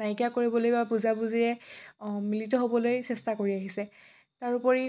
নাইকিয়া কৰিবলৈ বা বুজাবুজিৰে মিলিত হ'বলৈ চেষ্টা কৰি আহিছে তাৰোপৰি